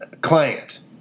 client